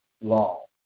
law